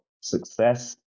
success